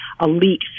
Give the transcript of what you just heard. elite